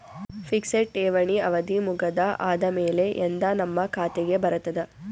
Fixed ಠೇವಣಿ ಅವಧಿ ಮುಗದ ಆದಮೇಲೆ ಎಂದ ನಮ್ಮ ಖಾತೆಗೆ ಬರತದ?